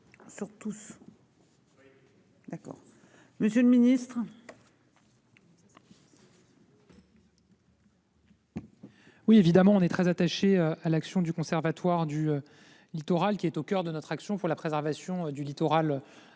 Sur tous.-- D'accord. Monsieur le Ministre.-- Oui, évidemment on est très attaché à l'action du Conservatoire du. Littoral qui est au coeur de notre action pour la préservation du littoral. Français